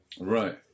Right